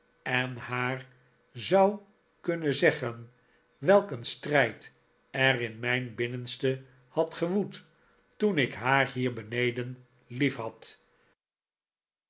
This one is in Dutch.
en haar zou kunnen zeggen welk een strijd er in mijn binnenste had gewoed toen ik haar hier beneden liefhad